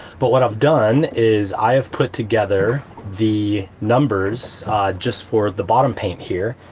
but what i've done is i have put together the numbers just for the bottom paint here.